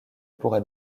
pourra